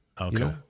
okay